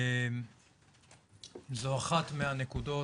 זו אחת מהנקודות,